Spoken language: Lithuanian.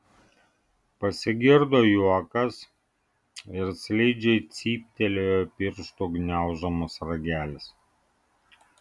pasigirdo juokas ir slidžiai cyptelėjo pirštų gniaužiamas ragelis